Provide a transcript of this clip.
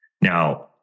Now